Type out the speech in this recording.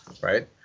Right